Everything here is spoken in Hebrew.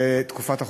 בתקופת החופש,